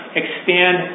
expand